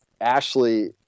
Ashley